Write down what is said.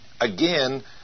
again